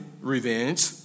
revenge